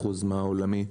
ל-8% מהעולמי.